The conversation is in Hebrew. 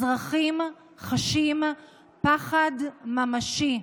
אזרחים חשים פחד ממשי.